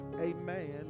amen